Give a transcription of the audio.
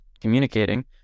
communicating